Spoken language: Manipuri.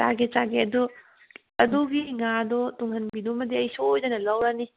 ꯆꯥꯒꯦ ꯆꯥꯒꯦ ꯑꯗꯣ ꯑꯗꯨꯒꯤ ꯉꯥꯗꯣ ꯇꯨꯡꯍꯟꯕꯤꯗꯨꯃꯗꯤ ꯑꯩ ꯁꯣꯏꯗꯅ ꯂꯧꯔꯅꯤ